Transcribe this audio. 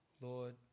Lord